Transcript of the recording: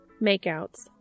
Makeouts